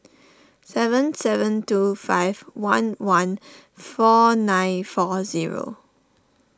seven seven two five one one four nine four zero